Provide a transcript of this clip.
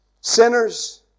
Sinners